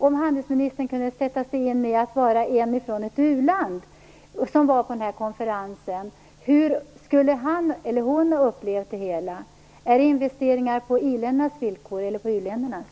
Om handelsministern kunde sätta sig in i att vara en person från ett u-land som var på den här konferensen, hur skulle han eller hon ha upplevt det hela? Är det investeringar på iländernas villkor eller på u-ländernas?